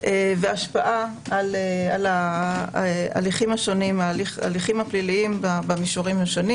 והשפעה על ההליכים הפליליים במישורים השונים.